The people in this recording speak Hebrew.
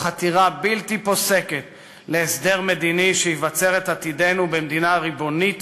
חתירה בלתי פוסקת להסדר מדיני שיבצר את עתידנו במדינה ריבונות,